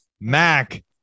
Mac